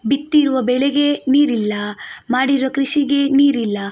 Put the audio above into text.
ಬಿತ್ತಿರುವ ಬೆಳೆಗೆ ನೀರಿಲ್ಲ ಮಾಡಿರೋ ಕೃಷಿಗೆ ನೀರಿಲ್ಲ